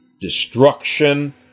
destruction